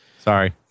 Sorry